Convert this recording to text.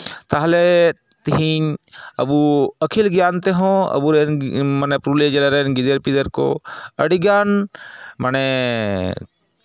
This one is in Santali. ᱛᱟᱦᱞᱮ ᱛᱮᱦᱤᱧ ᱟᱹᱵᱩ ᱟᱹᱠᱤᱞ ᱜᱮᱭᱟᱱ ᱛᱮᱦᱚᱸ ᱟᱵᱚᱨᱮᱱ ᱢᱟᱱᱮ ᱯᱩᱨᱩᱞᱤᱭᱟᱹ ᱡᱮᱞᱟᱨᱮᱱ ᱜᱤᱫᱟᱹᱨ ᱯᱤᱫᱟᱹᱨ ᱠᱚ ᱟᱹᱰᱤᱜᱟᱱ ᱢᱟᱱᱮ